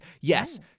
yes